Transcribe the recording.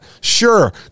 Sure